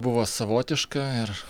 buvo savotiška ir